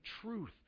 truth